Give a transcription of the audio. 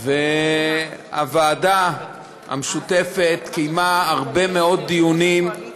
הוועדה המשותפת קיימה הרבה מאוד דיונים,